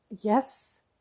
yes